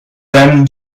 them